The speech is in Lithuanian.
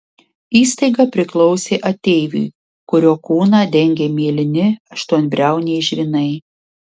įstaiga priklausė ateiviui kurio kūną dengė mėlyni aštuonbriauniai žvynai